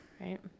Right